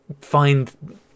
find